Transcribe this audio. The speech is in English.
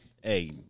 hey